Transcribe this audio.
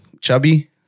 chubby